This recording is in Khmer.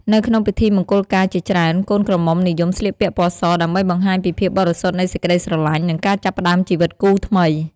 នៅក្នុងពិធីមង្គលការជាច្រើន កូនក្រមុំនិយមស្លៀកពាក់ពណ៌ស ដើម្បីបង្ហាញពីភាពបរិសុទ្ធនៃសេចក្ដីស្រឡាញ់ និងការចាប់ផ្ដើមជីវិតគូថ្មី។